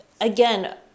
again